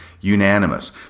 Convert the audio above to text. unanimous